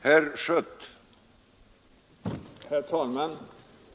Herr talman!